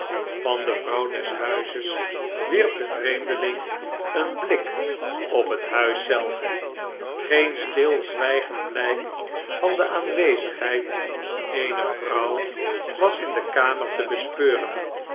van de vrouw des huizes wierp de vreemdeling een blik op net huis zelf geen stilzwijgend blijk van de aanwezigheid eener vrouw was in de kamer te bespeuren